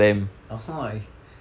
!oho!